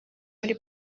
muri